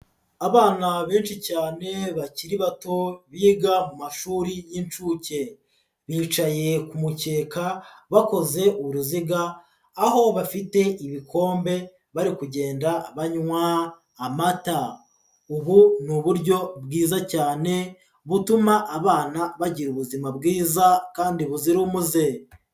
Abana benshi cyane bakiri bato biga mu mashuri y'inshuke, bicaye ku mukeka bakoze uruziga aho bafite ibikombe bari kugenda banywa amata, ubu ni uburyo bwiza cyane butuma abana bagira ubuzima bwiza kandi buzira umuze.